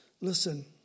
Listen